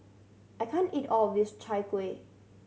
I can't eat all of this Chai Kueh